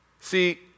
See